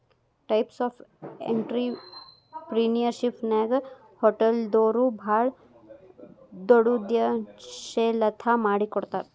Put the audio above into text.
types of ಎನ್ಟ್ರಿಪ್ರಿನಿಯರ್ಶಿಪ್ನ್ಯಾಗ ಹೊಟಲ್ದೊರು ಭಾಳ್ ದೊಡುದ್ಯಂಶೇಲತಾ ಮಾಡಿಕೊಡ್ತಾರ